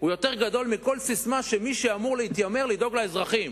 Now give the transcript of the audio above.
גדול מכל ססמה של מי שמתיימר לדאוג לאזרחים